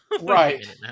Right